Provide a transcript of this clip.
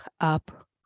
up